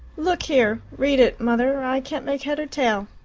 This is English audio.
look here, read it, mother i can't make head or tail.